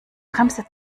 bremse